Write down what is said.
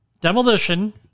demolition